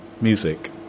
music